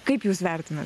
kaip jūs vertinat